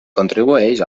contribueix